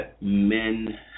men